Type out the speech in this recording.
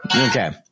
okay